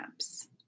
apps